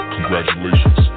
Congratulations